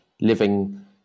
living